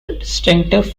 distinctive